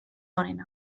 onena